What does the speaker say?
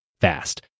fast